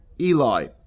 Eli